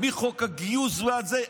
מחוק הגיוס ועד זה.